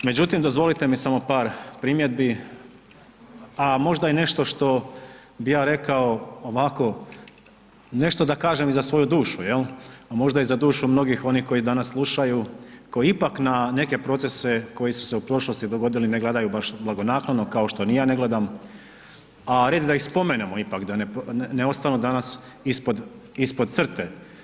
Međutim, dozvolite mi samo par primjedbi, a možda i nešto što bi ja rekao ovako, nešto da kažem i za svoju dušu jel, a možda i za dušu mnogi onih koji danas slušaju, koji ipak na neke procese koji su se u prošlosti dogodili ne gledaju baš blagonaklono, kao što ni ja ne gledam, a red je da ih spomenemo ipak, da ne ostanu danas ispod crte.